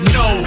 no